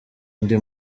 undi